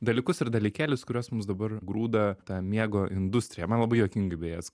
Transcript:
dalykus ir dalykėlius kuriuos mums dabar grūda ta miego industrija man labai juokingai beje skam